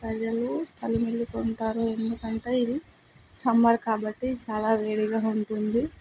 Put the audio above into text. ప్రజలు తలమెలికుంటారు ఎందుకంటే ఇది సమ్మర్ కాబట్టి చాలా వేడిగా ఉంటుంది